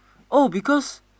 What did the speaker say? oh because